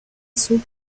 sub